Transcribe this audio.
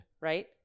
Right